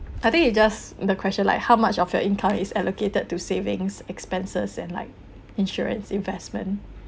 I think it just the question like how much of your income is allocated to savings expenses and like insurance investment